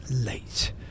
late